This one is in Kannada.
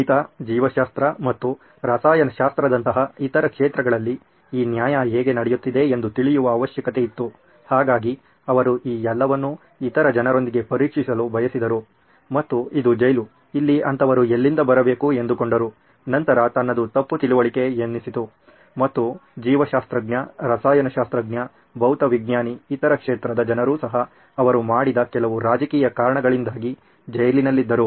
ಗಣಿತ ಜೀವಶಾಸ್ತ್ರ ಮತ್ತು ರಸಾಯನಶಾಸ್ತ್ರದಂತಹ ಇತರ ಕ್ಷೇತ್ರಗಳಲ್ಲಿ ಈ ನ್ಯಾಯ ಹೇಗೆ ನಡೆಯುತ್ತಿದೆ ಎಂದು ತಿಳಿಯುವ ಅವಶ್ಯಕತೆ ಇತ್ತು ಹಾಗಾಗಿ ಅವರು ಈ ಎಲ್ಲವನ್ನು ಇತರ ಜನರೊಂದಿಗೆ ಪರೀಕ್ಷಿಸಲು ಬಯಸಿದ್ದರು ಮತ್ತು ಇದು ಜೈಲು ಇಲ್ಲಿ ಅಂತವರು ಎಲ್ಲಿಂದ ಬರಬೇಕು ಎಂದುಕೊಂಡರು ನಂತರ ತನ್ನದು ತಪ್ಪು ತಿಳುವಳಿಕೆ ಎನ್ನಿಸಿತು ಮತ್ತು ಜೀವಶಾಸ್ತ್ರಜ್ಞ ರಸಾಯನಶಾಸ್ತ್ರಜ್ಞ ಭೌತವಿಜ್ಞಾನಿ ಇತರ ಕ್ಷೇತ್ರದ ಜನರು ಸಹ ಅವರು ಮಾಡಿದ ಕೆಲವು ರಾಜಕೀಯ ಕಾರಣದಿಂದಾಗಿ ಜೈಲಿನಲ್ಲಿದ್ದರು